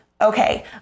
okay